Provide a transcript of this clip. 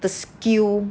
the skill